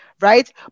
right